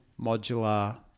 modular